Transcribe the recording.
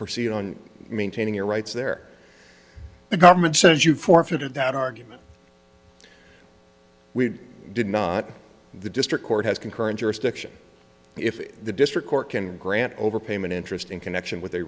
proceed on maintaining your rights there the government says you forfeited that argument we did not the district court has concurrent jurisdiction if the district court can grant overpayment interest in connection with a